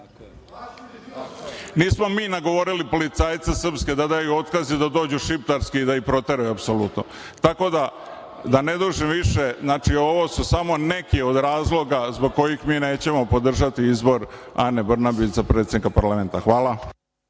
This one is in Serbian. Nismo mi nagovorili policajce srpske da daju otkaz i da dođu šiptarski i da ih proteraju apsolutno. Tako da, da ne dužim više, ovo su samo neki od razloga zbog kojih mi nećemo podržati izbor Ane Brnabić za predsednika parlamenta. Hvala.